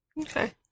Okay